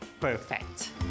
perfect